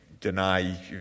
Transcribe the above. deny